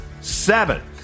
seven